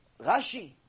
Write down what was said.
Rashi